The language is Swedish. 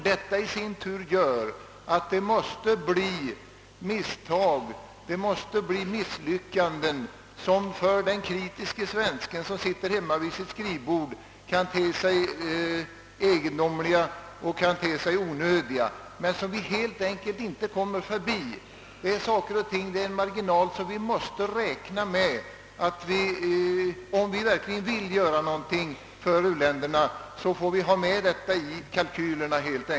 Detta i sin tur gör att det måste förekomma misstag och misslyckanden, som för den kritiske svensken, som sitter hemma vid sitt skrivbord, kan te sig egen domliga och onödiga men som vi helt enkelt inte kommer förbi. Om vi verkligen vill göra någonting för u-länderna, måste vi ta med detta i kalkylerna.